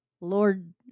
Lord